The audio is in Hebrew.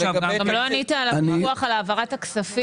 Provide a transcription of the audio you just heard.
לא ענית על הפיקוח על העברת הכספים.